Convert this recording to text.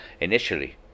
initially